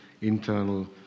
internal